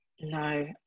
No